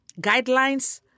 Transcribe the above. guidelines